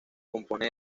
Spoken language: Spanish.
compone